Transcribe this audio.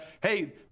hey